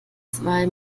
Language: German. zwei